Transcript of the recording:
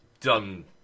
done